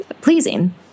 pleasing